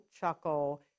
Chuckle